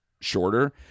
shorter